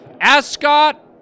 Ascot